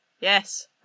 Yes